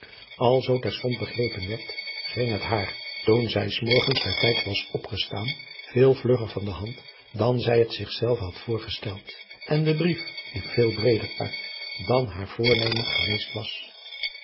alzoo terstond begrepen werd ging het haar toen zij s morgens bij tijds was opgestaan veel vlugger van de hand dan zij het zich zelve had voorgesteld en de brief liep veel breeder uit dan haar voornemen geweest was